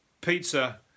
pizza